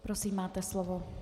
Prosím, máte slovo.